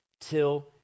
till